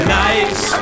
nice